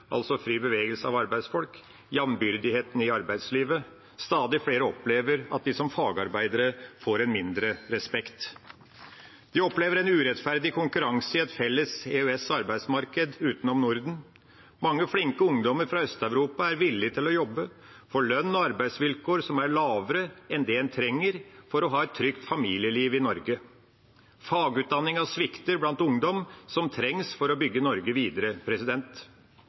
altså fri bevegelse av arbeidsfolk, jambyrdigheten i arbeidslivet. Stadig flere opplever at de som fagarbeidere får mindre respekt. De opplever en urettferdig konkurranse i et felles EØS-arbeidsmarked utenom Norden. Mange flinke ungdommer fra Øst-Europa er villige til å jobbe for lønns- og arbeidsvilkår som er lavere enn det en trenger for å ha et trygt familieliv i Norge. Fagutdanningen svikter blant ungdom, som trengs for å bygge Norge videre.